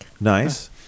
nice